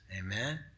amen